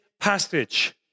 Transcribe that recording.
passage